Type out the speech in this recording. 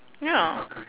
ya